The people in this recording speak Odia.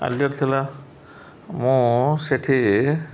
ଆଲିଅର୍ ଥିଲା ମୁଁ ସେଠି